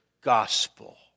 gospel